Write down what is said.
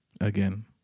again